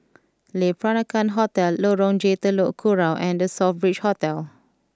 Le Peranakan Hotel Lorong J Telok Kurau and The Southbridge Hotel